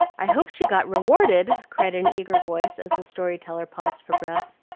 i hope she got rewarded, cried an eager voice, as the story-teller paused for breath.